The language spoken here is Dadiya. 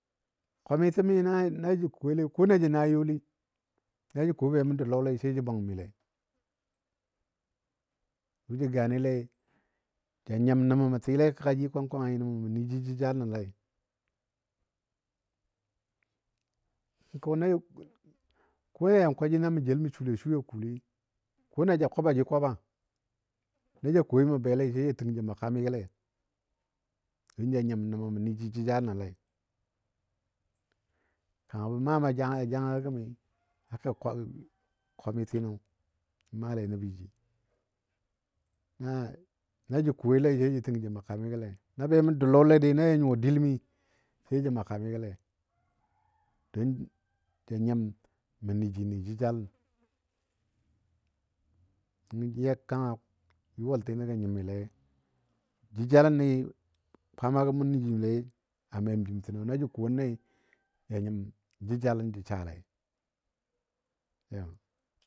Kwamitənni na jə koile ko na jə na youli, na jə ko ba mə dou lɔle sai jə bwangmile. Jʊ jə gane lei ja nyim nəmə mə tɨle kəga jin kwang kwangi nəmə mə nəji jəjalenolei hikono ko yan kwaji mə jel mə sule sui a kuuli naji koi mə belei sai ja təng jə ma kamigole don ja nyim mə niji jəjalənole. Kanga bə maam a jangagɔ gəm, haka kwamitino nən maale nəbo ji na jə koile sai ja təng jə maa kamigɔle. Na be mə dou lɔle dai na ya nyuwa dil mi sai jə maa kamigəle don ja nyim mə nəji nə jəjalən. Nəngɔ kanga yʊwaltino gə nyimilei. Jəjaləni kwaamagɔ mə nəjile a mem jim tino, na jə konle ja nyim jəjalən jə saalei.